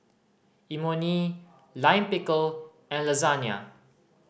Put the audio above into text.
Imoni Lime Pickle and Lasagna